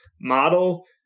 model